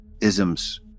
isms